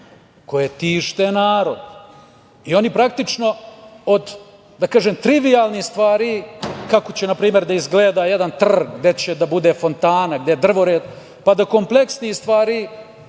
koje tište narod. Oni praktično od trivijalnih stvari, kako će na primer da izgleda jedan trg, gde će da bude fontana, gde drvored, pa do kompleksnijih stvari,